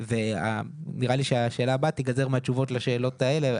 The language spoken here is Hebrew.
נראה לי שהשאלה הבאה תיגזר מהתשובות לשאלות האלה.